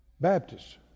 Baptists